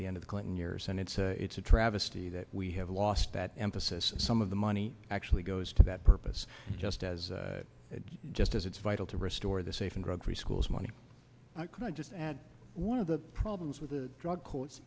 the end of the clinton years and it's it's a travesty that we have lost that emphasis some of the money actually goes to that purpose just as just as it's vital to restore the safe and drug free schools money could i just add one of the problems with the drug